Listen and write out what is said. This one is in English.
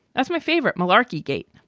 that's my favorite malarky gate.